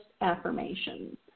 affirmations